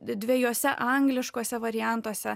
dvejuose angliškuose variantuose